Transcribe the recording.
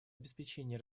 обеспечение